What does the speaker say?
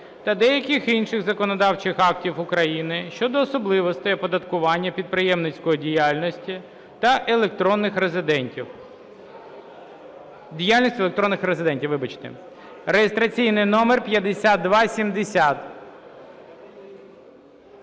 та деяких інших законодавчих актів України щодо особливостей оподаткування підприємницької діяльності та електронних резидентів. Діяльність електронних резидентів. Вибачте. Реєстраційний номер 5270.